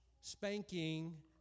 spanking